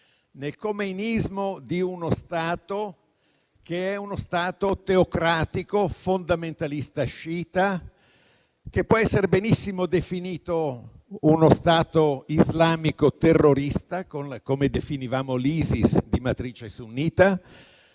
nel khomeinismo di uno Stato che è teocratico, fondamentalista sciita, e che può essere benissimo definito islamico terrorista, come definivamo l'ISIS di matrice sunnita.